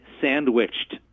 sandwiched